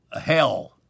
hell